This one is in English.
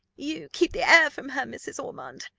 you keep the air from her, mrs. ormond,